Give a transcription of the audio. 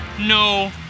No